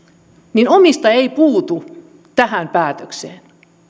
niin omistaja ei puutu tähän päätökseen